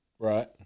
Right